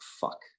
Fuck